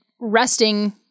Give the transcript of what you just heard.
resting